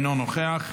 אינו נוכח,